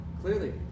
clearly